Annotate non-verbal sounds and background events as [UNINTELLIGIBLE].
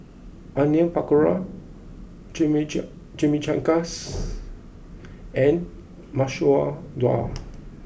Onion Pakora [UNINTELLIGIBLE] Chimichangas and Masoor Dal